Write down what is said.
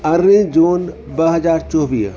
अरिड़हीं जून ॿ हज़ार चोवीह